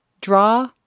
Draw